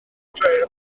dref